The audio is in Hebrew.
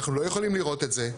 אנחנו לא יכולים לראות את זה.